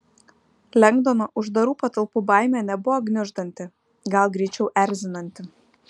lengdono uždarų patalpų baimė nebuvo gniuždanti gal greičiau erzinanti